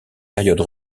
période